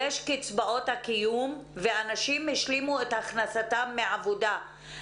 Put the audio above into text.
קצבאות הקיום ואנשים השלימו את הכנסתם מעבודה.